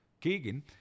Keegan